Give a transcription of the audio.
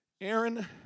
Aaron